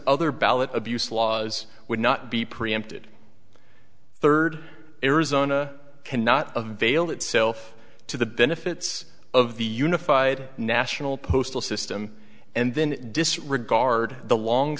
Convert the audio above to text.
other ballot abuse laws would not be preempted third arizona cannot a veiled itself to the benefits of the unified national postal system and then disregard the long